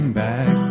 back